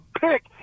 pick